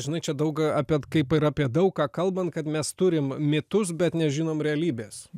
žinai čia daug apie kaip ir apie daug ką kalbant kad mes turim mitus bet nežinom realybės